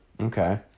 Okay